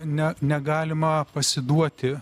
ne negalima pasiduoti